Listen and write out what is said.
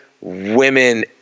women